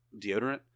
deodorant